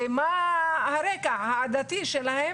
ומה הרקע העדתי שלהם,